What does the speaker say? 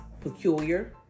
peculiar